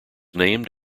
named